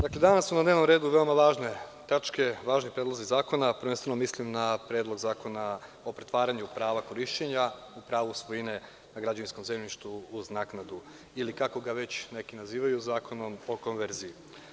Dakle, danas su na dnevnom redu veoma važne tačke, važni predlozi zakona, prvenstveno mislim na Predlog zakona o pretvaranju prava korišćenja u pravo svojine na građevinskom zemljištu, uz naknadu, ili kako ga već neki nazivaju, zakonom o konverziji.